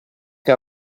che